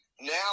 now